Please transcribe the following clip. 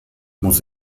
muss